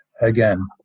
again